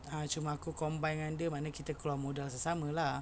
ah cuma aku combine dengan dia makna kita keluar modal sama-sama lah